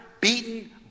beaten